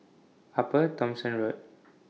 Upper Thomson Road